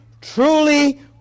truly